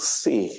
see